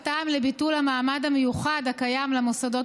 הטעם לביטול המעמד המיוחד הקיים למוסדות